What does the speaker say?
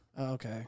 Okay